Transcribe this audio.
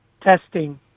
testing